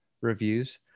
reviews